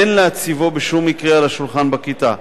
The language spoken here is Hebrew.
אין להציבו בשום מקרה על השולחן בכיתה.